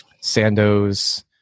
Sandoz